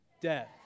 death